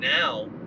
now